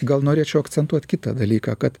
gal norėčiau akcentuot kitą dalyką kad